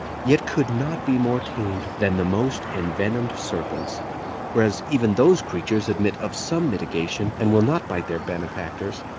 yet could not be more tamed than the most envenomed serpents whereas even those creatures admit of some mitigation, and will not bite their benefactors,